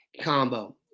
combo